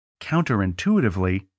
Counterintuitively